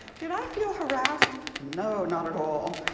did i feel harassed? no, not at all.